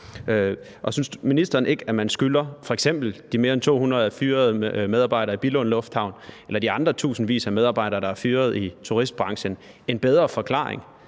Synes ministeren ikke, at man f.eks. skylder de mere end 200 fyrede medarbejdere i Billund lufthavn eller de andre tusindvis af medarbejdere, der er fyret i turistbranchen, en bedre forklaring